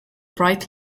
bright